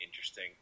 interesting